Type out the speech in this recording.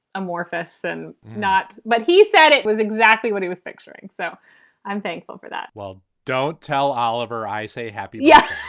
amorphous and not. not. but he said it was exactly what he was picturing. so i'm thankful for that well, don't tell oliver i say happy. yes,